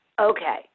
Okay